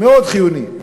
מאוד חיוני.